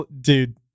dude